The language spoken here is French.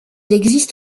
existe